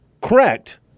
Correct